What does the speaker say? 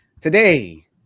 Today